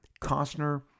Costner